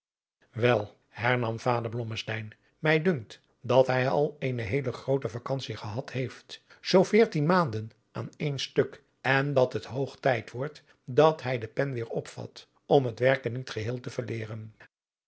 wel hernam vader blommesteyn mij dunkt dat hij al eene heele groote vacantie gehad heeft zoo veertien maanden aan een stuk en dat het hoog tijd wordt dat hij de pen weêr opvat om het werken niet geheel te verleeren